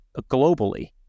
globally